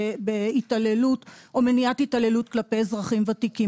בהתעללות או מניעת התעללות כלפי אזרחים ותיקים.